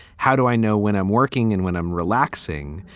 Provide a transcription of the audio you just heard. how do i know when i'm working and when i'm relaxing?